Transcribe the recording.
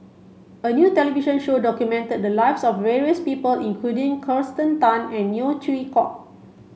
a new television show documented the lives of various people including Kirsten Tan and Neo Chwee Kok